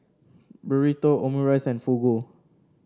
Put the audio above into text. Burrito Omurice and Fugu